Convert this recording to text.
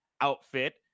outfit